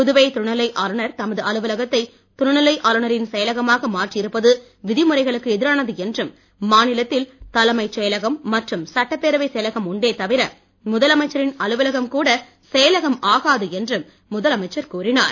புதுவை துணைநிலை ஆளுனர் தமது அலுவலகத்தை துணைநிலை ஆளுனரின் செயலகமாக மாற்றியிருப்பது விதிமுறைகளுக்கு எதிரானது என்றும் மாநிலத்தில் தலைமைச் செயலகம் மற்றும் சட்டப்பேரவை செயலகம் உண்டே தவிர முதலமைச்சரின் அலுவலகம் கூட செயலகம் ஆகாது என்றும் முதலமைச்சர் கூறினார்